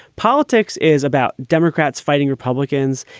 politics is about democrats fighting republicans.